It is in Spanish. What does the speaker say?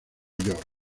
york